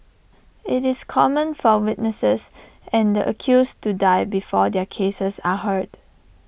IT is common for witnesses and the accused to die before their cases are heard